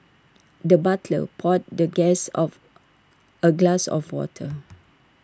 the butler poured the guest of A glass of water